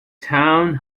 town